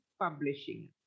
Publishing